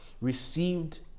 received